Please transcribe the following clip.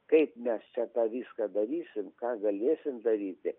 kaip mes čia tą viską darysim ką galėsim daryti